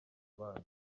abana